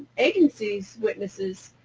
agency's witnesses,